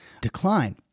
decline